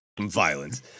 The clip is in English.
violence